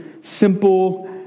simple